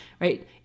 right